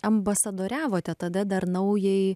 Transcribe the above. ambasadoriavote tada dar naujai